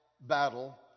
battle